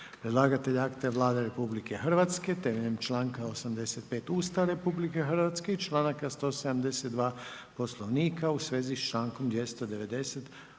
Predlagatelj je Vlada Republike Hrvatske, na temelju članka 85. Ustava Republike Hrvatske i članka 172 Poslovnika Hrvatskog